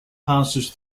passes